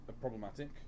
problematic